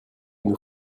nous